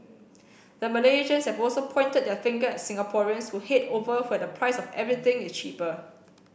the Malaysians have also pointed their finger at Singaporeans who head over where the price of everything is cheaper